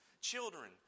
Children